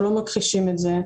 אנחנו לא מכחישים את זה.